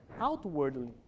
outwardly